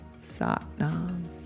Satnam